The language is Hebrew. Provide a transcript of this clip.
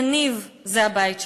יניב, זה הבית שלך.